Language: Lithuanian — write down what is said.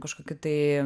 kažkokį tai